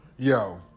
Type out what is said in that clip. Yo